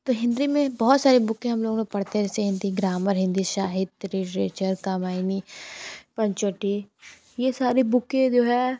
तो हिंदी में बहुत सारी बुकें हम लोगों में पढ़ते हैं जैसे हिंदी ग्रामर हिंदी साहित्य लिट्रेचर कामायनी पंचवटी ये सारी बुकें जो है